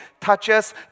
touches